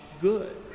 good